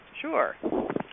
Sure